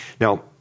Now